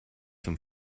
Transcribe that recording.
zum